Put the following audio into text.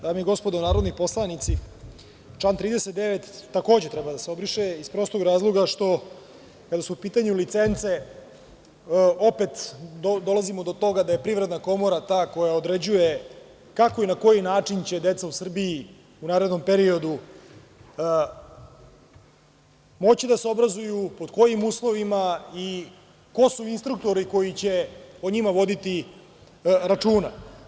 Dame i gospodo narodni poslanici, član 39. takođe treba da se obriše iz prostog razloga što, kada su u pitanju licence, opet dolazimo do toga da je Privredna komora ta koja određuje kako i na koji način će deca u Srbiji, u narednom periodu, moći da se obrazuju, pod kojim uslovima i ko su instruktori koji će o njima voditi računa.